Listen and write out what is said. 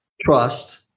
trust